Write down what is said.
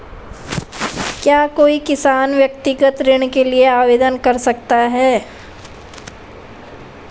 क्या कोई किसान व्यक्तिगत ऋण के लिए आवेदन कर सकता है?